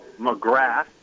McGrath